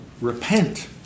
Repent